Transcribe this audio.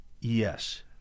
Yes